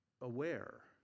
aware